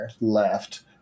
left